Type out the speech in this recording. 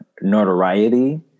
notoriety